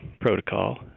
protocol